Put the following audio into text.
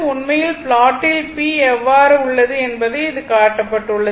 உண்மையில் ப்லாட்டில் p எவ்வாறு உள்ளது என்பது காட்டப்பட்டுள்ளது